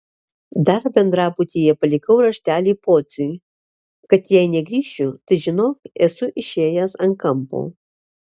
dar bendrabutyje palikau raštelį pociui kad jei negrįšiu tai žinok esu išėjęs ant kampo